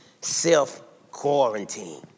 self-quarantine